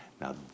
Now